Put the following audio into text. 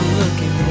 looking